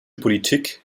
politik